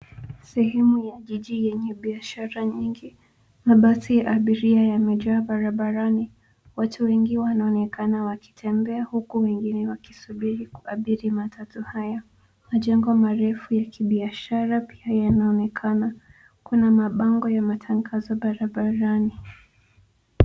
Sehemu ya jiji yenye biashara nyingi. Mabasi ya abiria yamejaa barabarani. Watu wengi wanaonekana wakitembea huku wengine wakisubiri kuabiri matatu haya. Majengo marefu ya kibiashara pia yanaonekana. Kuna mabango ya matangazo barabarani.